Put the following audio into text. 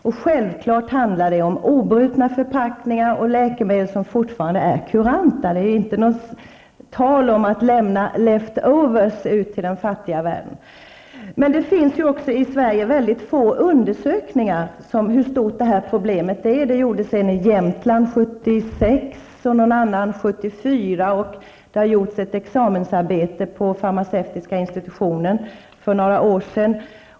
Och självfallet handlar det om obrutna förpackningar och läkemedel som fortfarande är kuranta. Det är inte tal om att lämna ''left overs'' till den fattiga världen. Det finns i Sverige mycket få undersökningar av hur stort detta problem är. Det gjordes en i Jämtland 1976 och någon annan 1974, och det har även gjorts ett examensarbete på farmaceutiska institutionen för några år sedan.